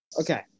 okay